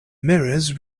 mirrors